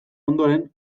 ondoren